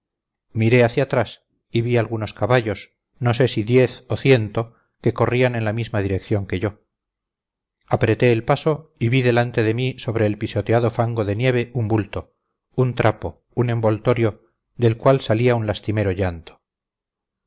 miré hacia atrás y vi algunos caballos no sé si diez o ciento que corrían en la misma dirección que yo apreté el paso y vi delante de mí sobre el pisoteado fango de nieve un bulto un trapo un envoltorio del cual salía un lastimero llanto